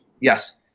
Yes